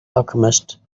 alchemist